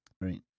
right